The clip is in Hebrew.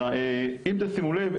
אז אם תשימו לב,